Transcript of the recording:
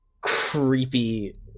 creepy